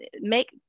make